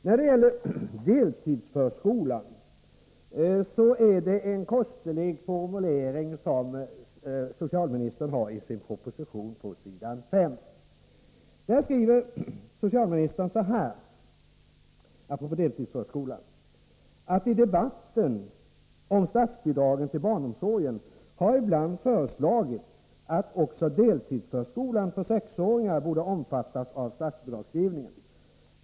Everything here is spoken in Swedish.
När det gäller deltidsförskolan har socialministern en kostlig formulering på s. 5 i sin proposition. Där skriver han, apropå deltidsförskolan: ”I debatten om statsbidragen till barnomsorgen har ibland föreslagits att också deltidsförskolan för sexåringar borde omfattas av statsbidragsgivningen.